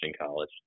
college